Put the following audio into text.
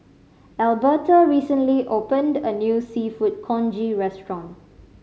Elberta recently opened a new Seafood Congee restaurant